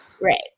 Right